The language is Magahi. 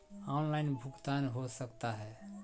ऑनलाइन भुगतान हो सकता है?